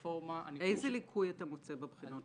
איזה ליקוי אתה מוצא בבחינות האחרונות?